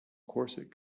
corset